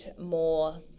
more